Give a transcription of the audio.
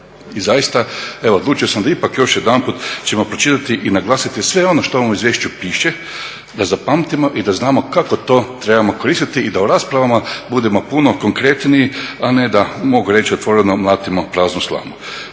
I zaista, evo, odlučio sam da ipak još jedanput ću vam pročitati i naglasiti sve ono što u ovom izvješću piše, da zapamtimo i da znamo kako to trebamo koristiti i da u raspravama budemo puno konkretniji, a ne da, mogu reći otvoreno, mlatimo planu slamu.